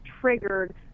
triggered